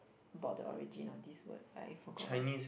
about the origin of this word but I forgot what